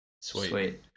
sweet